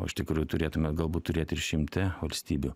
o iš tikrųjų turėtume galbūt turėt ir šimte valstybių